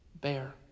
Bear